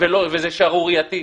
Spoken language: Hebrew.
וזה שערורייתי.